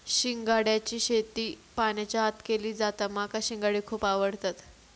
शिंगाड्याची शेती पाण्याच्या आत केली जाता माका शिंगाडे खुप आवडतत